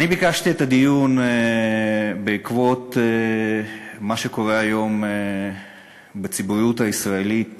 ביקשתי את הדיון בעקבות מה שקורה היום בציבוריות הישראלית